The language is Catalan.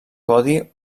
codi